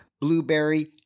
blueberry